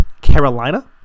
Carolina